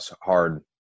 hard